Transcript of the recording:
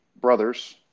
brothers